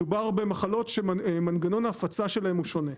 מדובר במחלות שמנגנון ההפצה שלהם הוא שונה,